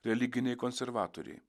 religiniai konservatoriai